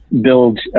build